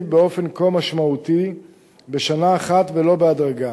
באופן כה משמעותי בשנה אחת ולא בהדרגה,